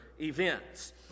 events